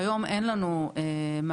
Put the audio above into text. כיום אין לנו מערכת